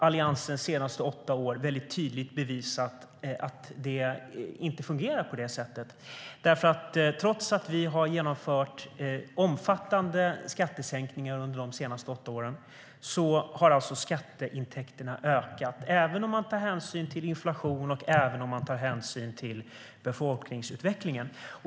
Alliansens senaste åtta år har väldigt tydligt visat att det inte fungerar på det sättet. Trots att vi har genomfört omfattande skattesänkningar under de senaste åtta åren har skatteintäkterna ökat, även om man tar hänsyn till inflationen och befolkningsutvecklingen.